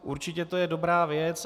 Určitě to je dobrá věc.